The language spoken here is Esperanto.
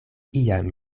iam